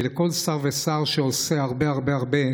ולכל שר ושר שעושה הרבה הרבה הרבה